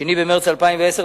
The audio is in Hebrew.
2 במרס 2010,